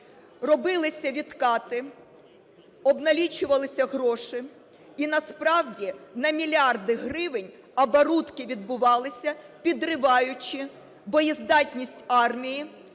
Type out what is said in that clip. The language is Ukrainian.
робилися відкати, обналічувалися гроші, і насправді на мільярди гривень оборудки відбувалися, підриваючи боєздатність армії,